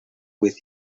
with